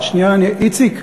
שנייה, איציק,